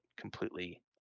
completely